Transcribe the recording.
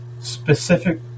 specific